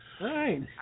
right